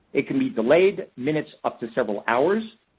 it can be delayed minutes up to several hours.